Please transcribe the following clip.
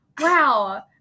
Wow